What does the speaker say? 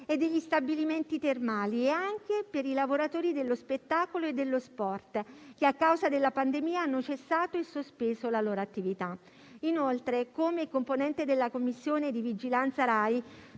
e degli stabilimenti termali e anche per i lavoratori dello spettacolo e dello sport che, a causa della pandemia, hanno cessato e sospeso la loro attività. Inoltre, come componente della Commissione parlamentare